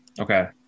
Okay